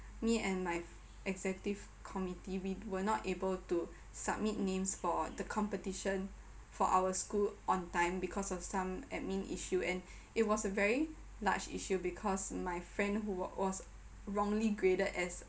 me and my executive committee we were not able to submit names for the competition for our school on time because of some admin issue and it was a very large issue because my friend who wa~ was wrongly graded as